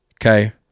Okay